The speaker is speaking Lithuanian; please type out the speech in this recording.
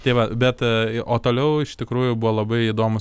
tai va bet e o toliau iš tikrųjų buvo labai įdomus